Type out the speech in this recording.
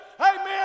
amen